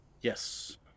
Yes